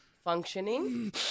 functioning